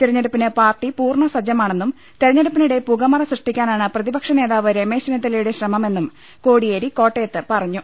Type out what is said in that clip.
തിരഞ്ഞെടുപ്പിന് പാർട്ടി പൂർണ്ണസജ്ജമാണെന്നും തിരഞ്ഞെടുപ്പിനിടെ പുകമറ സൃഷ്ടിക്കാനാണ് പ്രതിപക്ഷ നേതാവ് രമേശ് ചെന്നി ത്തലയുടെ ശ്രമമെന്നും കോടിയേരി കോട്ടയത്ത് പറ ഞ്ഞു